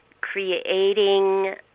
creating